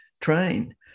train